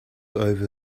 over